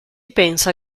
pensa